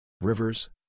rivers